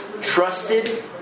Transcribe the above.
trusted